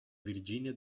virginia